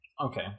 okay